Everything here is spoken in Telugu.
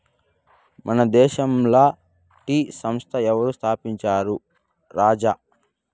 మన దేశంల టీ సంస్థ ఎవరు స్థాపించారు రాజా